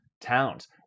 towns